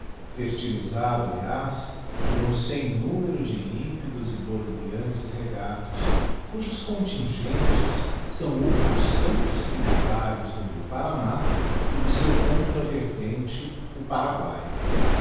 fertilizado aliás por um sem numero de límpidos e borbulhantes regatos cujos contingentes eão outros tantos tributários do rio paraná e do seu contravertente o paraguay